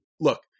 look